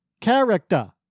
Character